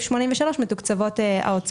פינדרוס, איפה זה אגן עיר העתיקה?